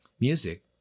music